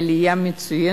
זו עלייה מצוינת,